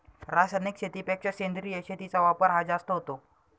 रासायनिक शेतीपेक्षा सेंद्रिय शेतीचा वापर हा जास्त होतो